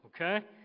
Okay